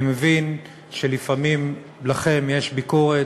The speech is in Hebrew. אני מבין שלפעמים יש לכם ביקורת,